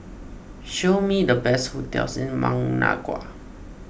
show me the best hotels in Managua